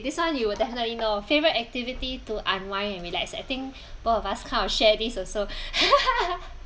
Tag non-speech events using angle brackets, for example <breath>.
this one you will definitely know favourite activity to unwind and relax I think <breath> both of us kind of share this also <laughs>